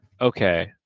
okay